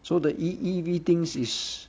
so the !ee! E_V things is